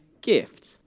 gift